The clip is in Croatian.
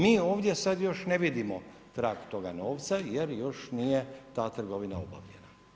Mi ovdje sad još ne vidimo trag tog novca jer još nije ta trgovina obavljena.